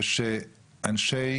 כשאנשי